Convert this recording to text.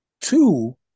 Two